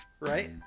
right